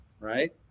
Right